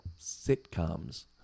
Sitcoms